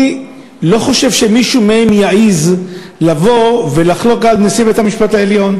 אני לא חושב שמישהו מהם יעז לבוא ולחלוק על נשיא בית-המשפט העליון,